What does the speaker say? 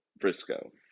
Frisco